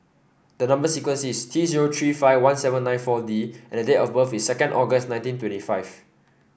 the number sequence is T zero three five one seven nine four D and date of birth is second August nineteen twenty five